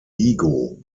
vigo